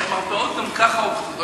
כי המרפאות גם ככה עובדות,